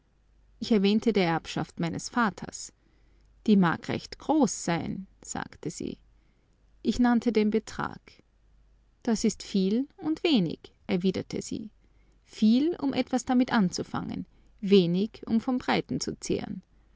ich erwähnte der erbschaft meines vaters die mag recht groß sein sagte sie ich nannte den betrag das ist viel und wenig erwiderte sie viel um etwas damit anzufangen wenig um vom breiten zu zehren